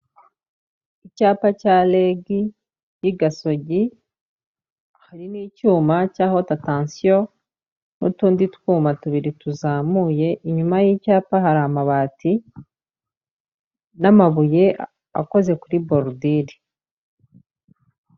Icyapa cya REG y'i Gasogi hari n'icyuma cya hoti atanansiyo n'utundi twuma tubiri tuzamuye, inyuma y'icyapa hari amabati n'amabuye akoze kuri borudire.